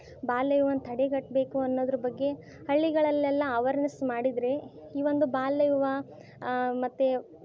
ಬಾಲ್ಯ ವಿವಾಹನ ತಡೆಗಟ್ಟಬೇಕು ಅನ್ನೋದ್ರ ಬಗ್ಗೆ ಹಳ್ಳಿಗಳಲ್ಲೆಲ್ಲ ಅವರ್ನೆಸ್ ಮಾಡಿದರೆ ಈ ಒಂದು ಬಾಲ್ಯ ವಿವಾಹ ಮತ್ತು